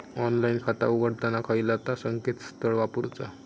Online खाता उघडताना खयला ता संकेतस्थळ वापरूचा?